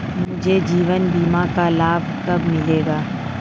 मुझे जीवन बीमा का लाभ कब मिलेगा?